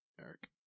Eric